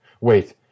Wait